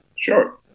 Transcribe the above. sure